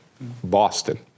Boston